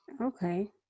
Okay